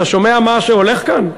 אתה שומע מה שהולך כאן?